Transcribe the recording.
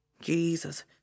Jesus